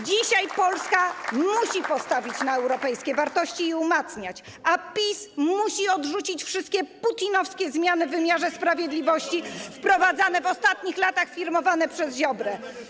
Dzisiaj Polska musi postawić na europejskie wartości i je umacniać, a PiS musi odrzucić wszystkie putinowskie zmiany w wymiarze sprawiedliwości, które były w ostatnich latach wprowadzane i firmowane przez Ziobrę.